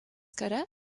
kare